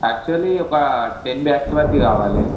actually ఒక ten bags వరకు కావాలి